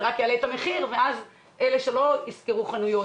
זה רק יעלה את המחיר ואלה שלא ישכרו חנויות